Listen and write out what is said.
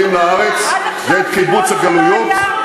חבר הכנסת כבל.